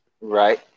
Right